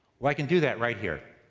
well, i can do that right here.